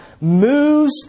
moves